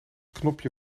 knopje